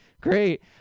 Great